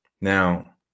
now